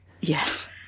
yes